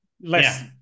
less